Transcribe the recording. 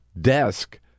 desk